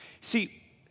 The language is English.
See